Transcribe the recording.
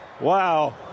Wow